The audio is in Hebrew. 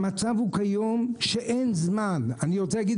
המצב כיום הוא שאין זמן אני רוצה להגיד